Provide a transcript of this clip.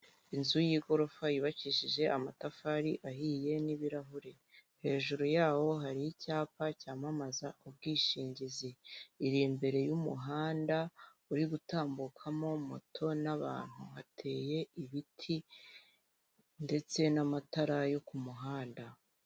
Inzu y'igorofa yubakishije amatafari ahiye n'ibirahuri, hejuru yaho hari icyapa cyamamaza ubwishingizi iri imbere y'umuhanda uri gutambukamo moto n'abantu hateye ibiti ndetse n'amatara yo ku muhanda.